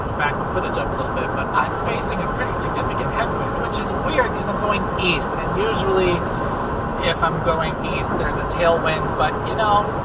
back the footage up a bit, but i'm facing a pretty significant headwind. which is weird because i'm going east. and usually if i'm going east there's a tail wind. but you know,